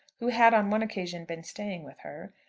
who had on one occasion been staying with her,